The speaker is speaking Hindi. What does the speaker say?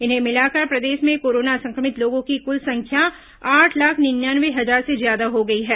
इन्हें मिलाकर प्रदेश में कोरोना संक्रमित लोगों की कुल संख्या आठ लाख निन्यानवे हजार से ज्यादा हो गई है